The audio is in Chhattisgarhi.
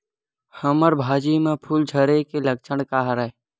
हमर भाजी म फूल झारे के लक्षण का हरय?